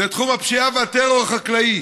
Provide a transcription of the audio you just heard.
זה תחום הפשיעה והטרור החקלאי,